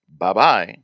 Bye-bye